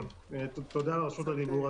תודה על רשות הדיבור.